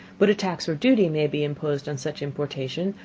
but a tax or duty may be imposed on such importation,